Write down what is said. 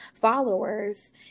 followers